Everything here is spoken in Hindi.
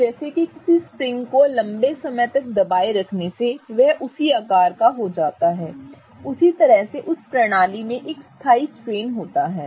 तो जैसे कि किसी स्प्रिंग को लम्बे समय तक दबाए रखने से वह उसी आकार का हो जाता है उसी तरह से उस प्रणाली में एक स्थायी स्ट्रेन होगा